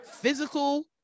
physical